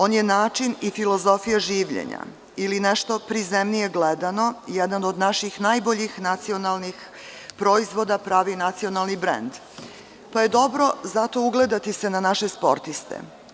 On je način i filozofija življenja ili nešto prizemnije gledano, jedan od naših najboljih nacionalnih proizvoda, pravi nacionalni brend, pa je dobro zato ugledati se na naše sportiste.